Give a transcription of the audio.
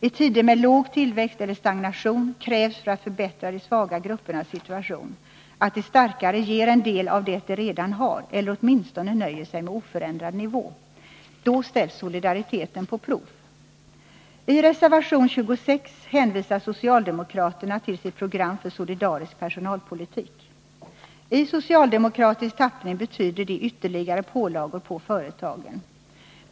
I tider med låg tillväxt eller med stagnation krävs för att förbättra de svaga gruppernas situation att de starkare ger en del av det de redan har eller åtminstone nöjer sig med oförändrad nivå. Då ställs solidariteten på prov. I reservation 26 hänvisar socialdemokraterna till sitt program för solidarisk personalpolitik. I socialdemokratisk tappning betyder det ytterligare pålagor på företagen.